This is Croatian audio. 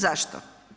Zašto?